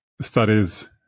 studies